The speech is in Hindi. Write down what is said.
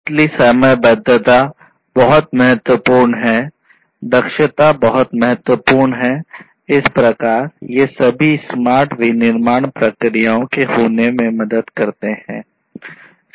असली समयबद्धता बहुत महत्वपूर्ण है दक्षता बहुत महत्वपूर्ण है इस प्रकार ये सभी स्मार्ट विनिर्माण प्रक्रियाओं के होने में मदद करते हैं